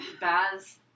Baz